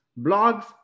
blogs